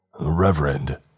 Reverend